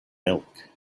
milk